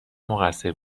مقصر